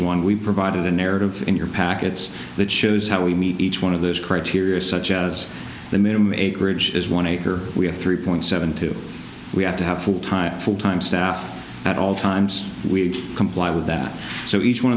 one we provided a narrative in your packets that shows how we meet each one of those criteria such as the minimum eight ridge is one acre we have three point seven two we have to have full time full time staff at all times we comply with that so each one